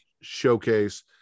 showcase